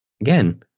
Again